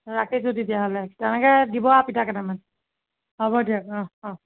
ৰাখিছোঁ তেতিয়াহ'লে তেনেকৈ দিব পিঠা কেইটামান হ'ব দিয়ক অহ অহ